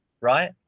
Right